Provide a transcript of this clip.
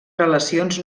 relacions